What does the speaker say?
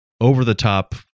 over-the-top